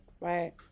Right